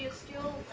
still